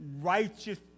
righteous